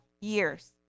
years